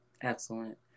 Excellent